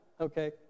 Okay